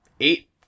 eight